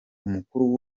umukuru